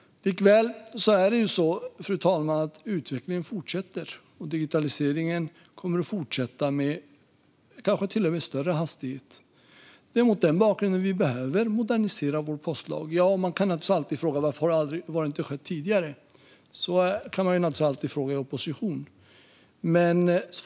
Fru talman! Utvecklingen fortsätter, och digitaliseringen kommer att fortsätta i kanske ännu högre hastighet. Mot denna bakgrund behöver vi modernisera vår postlag. I opposition kan man alltid fråga varför det inte har skett tidigare.